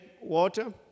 water